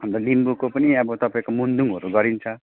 अनि त लिम्बूको पनि अब तपाईँको मुन्दुमहरू गरिन्छ